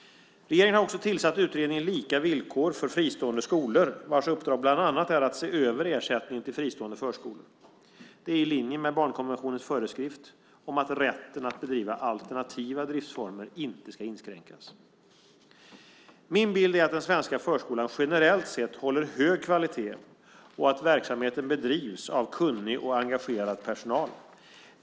Regeringen har också tillsatt utredningen Lika villkor för fristående skolor vars uppdrag bland annat är att se över ersättningen till fristående förskolor. Det är i linje med barnkonventionens föreskrift om att rätten att bedriva alternativa driftsformer inte ska inskränkas. Min bild är att den svenska förskolan generellt sett håller hög kvalitet och att verksamheten bedrivs av kunnig och engagerad personal.